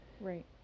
right